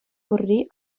пурри